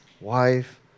wife